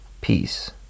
Peace